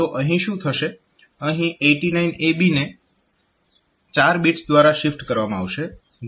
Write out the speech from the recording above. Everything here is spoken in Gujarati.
અહીં 89AB ને 4 બિટ્સ દ્વારા શિફ્ટ કરવામાં આવશે